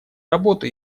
работу